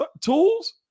tools